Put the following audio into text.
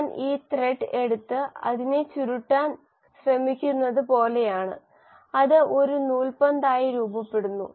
ഞാൻ ഈ ത്രെഡ് എടുത്ത് അതിനെ ചുരുട്ടാൻ ശ്രമിക്കുന്നത് പോലെയാണ് അത് ഒരു നൂൽ പന്തായി രൂപപ്പെടുത്തുന്നു